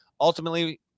Ultimately